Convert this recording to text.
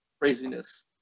craziness